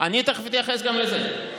הקמת קרן, אני אתייחס גם לזה תכף.